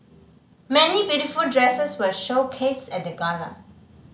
many beautiful dresses were showcased at the gala